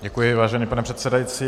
Děkuji, vážený pane předsedající.